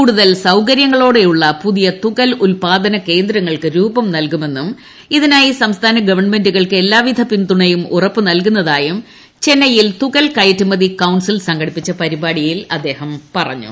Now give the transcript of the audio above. കൂടുതൽ സൌകര്യങ്ങളോടെയുള്ള പുതിയ തുകൽ ഉത്പന്ന കേന്ദ്രങ്ങൾക്ക് രൂപം നല്കുമെന്നും ഇതിനായി സംസ്ഥാന ഗവണ്മെന്റുകൾക്ക് എല്ലാവിധ പിൻതുണയും ഉറപ്പു നല്കുന്നതായും ചെന്നൈയിൽ തുകൽ കയറ്റുമതി കൌൺസിൽ സംഘടിപ്പിച്ച പരിപാടിയിൽ അദ്ദേഹം പറഞ്ഞു